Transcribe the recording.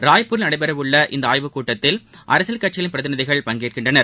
ராய்பூரில் நடைபெறட்ள்ள இந்தஆய்வு கூட்டத்தில் அரசியல் கட்சிகளின் பிரதிநிதிகள் பங்கேற்கின்றனர்